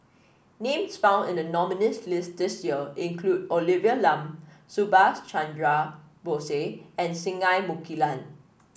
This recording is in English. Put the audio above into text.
names found in the nominees' list this year include Olivia Lum Subhas Chandra Bose and Singai Mukilan